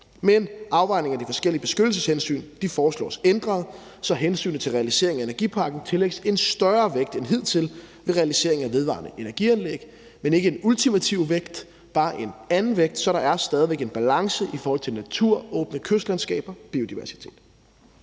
Men afvejningen af de forskellige beskyttelseshensyn foreslås ændret, så hensynet til realiseringen af en energipark tillægges en større vægt end hidtil ved realisering af vedvarende energi-anlæg, men ikke en ultimativ vægt, bare en anden vægt, så der stadig væk er en balance i forhold til natur, åbne kystlandskaber og biodiversitet.